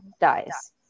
dies